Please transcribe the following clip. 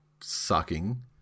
sucking